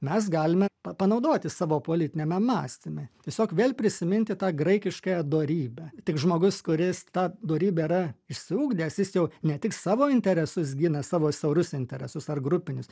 mes galime pa panaudoti savo politiniame mąstyme tiesiog vėl prisiminti tą graikiškąją dorybę tik žmogus kuris tą dorybę yra išsiugdęs jis jau ne tik savo interesus gina savo siaurus interesus ar grupinius